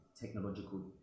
technological